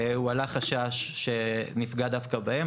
הועלה חשש שנפגע דווקא בהם,